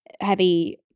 heavy